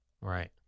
Right